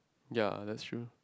ya that's true